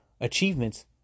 achievements